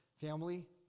family